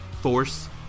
force